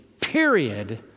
period